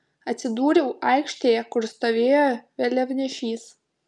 atsidūriau aikštėje kur stovėjo vėliavnešys